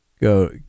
go